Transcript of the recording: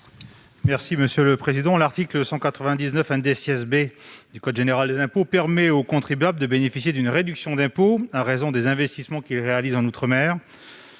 n° II-1447 rectifié. L'article 199 B du code général des impôts permet aux contribuables de bénéficier d'une réduction d'impôt à raison des investissements qu'ils réalisent outre-mer.